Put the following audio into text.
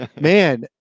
man